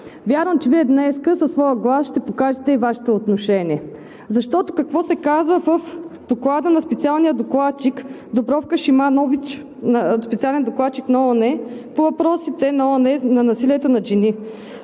Вярвам, че Вие днес със своя глас ще покажете и Вашето отношение. Какво се казва в доклада на специалния докладчик Дубравка Симонович, специален докладчик на ООН по въпросите на ООН за насилието над жени?